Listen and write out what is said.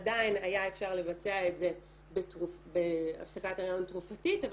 עדיין היה אפשר לבצע את זה בהפסקת הריון תרופתית אבל